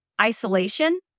Isolation